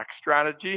strategy